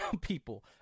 people